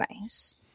Nice